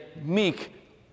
meek